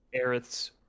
Aerith's